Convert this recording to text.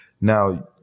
Now